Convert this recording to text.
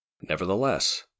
Nevertheless